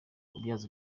kubyaza